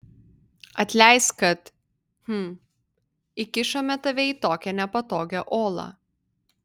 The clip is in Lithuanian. atleisk kad hm įkišome tave į tokią nepatogią olą